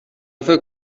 فکر